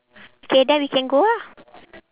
K then we can go ah